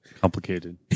Complicated